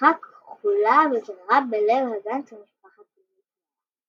ברכה כחלה וקרירה בלב הגן של משפחת מיטראן.